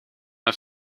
het